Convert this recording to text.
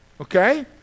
Okay